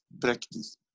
practice